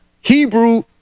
Hebrew